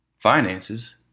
Finances